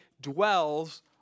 dwells